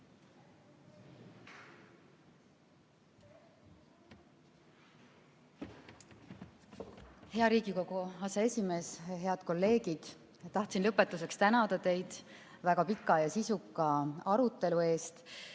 Hea Riigikogu aseesimees! Head kolleegid! Tahtsin lõpetuseks tänada teid väga pika ja sisuka arutelu eest